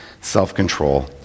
self-control